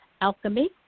Alchemy